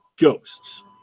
ghosts